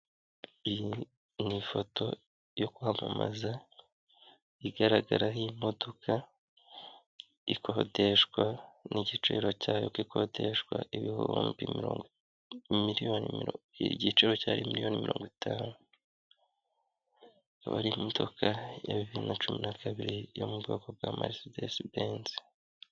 Iyi ni ifoto yo kwamamaza, igaragaraho imodoka, ikodeshwa, n'igiciro cyayo ko ikodeshwa ibihumbi miliyoni, igiciro cyayo cyari miliyoni mirongo itanu, akaba ari imodoka ya bibiri na cumi na kabiri yo mu bwoko bwa Mercedes benz.